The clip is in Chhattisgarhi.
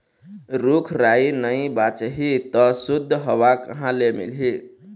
रूख राई नइ बाचही त सुद्ध हवा कहाँ ले मिलही